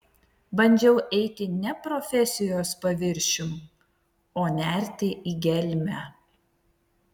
bandžiau eiti ne profesijos paviršium o nerti į gelmę